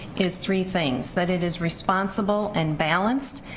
is three things, that it is responsible and balanced,